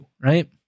right